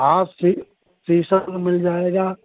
हाँ सी शीशम मिल जाएगा